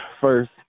first